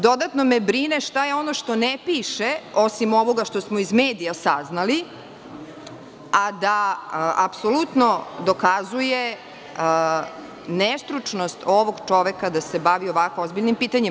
Dodatno me brine šta je ono što ne piše, osim ovoga što smo iz medija saznali, a da apsolutno dokazuje nestručnost ovog čoveka da se bavi ovako ozbiljnim pitanjima.